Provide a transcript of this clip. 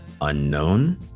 Unknown